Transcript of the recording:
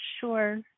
sure